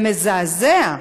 זה מזעזע,